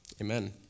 amen